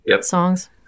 songs